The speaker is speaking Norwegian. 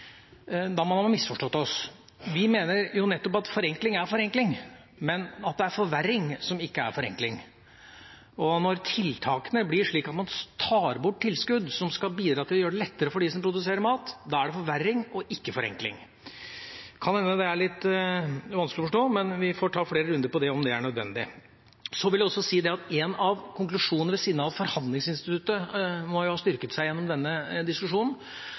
Da må han ha misforstått oss. Vi mener jo nettopp at forenkling er forenkling, men at det er forverring som ikke er forenkling. Og når tiltakene blir slik at man tar bort tilskudd som skal bidra til å gjøre det lettere for dem som produserer mat, da er det forverring – ikke forenkling. Det kan hende det er litt vanskelig å forstå, men vi får ta flere runder på det, om det er nødvendig. Så vil jeg også si at ved siden av forhandlingsinstituttet – som jo må ha styrket seg gjennom denne diskusjonen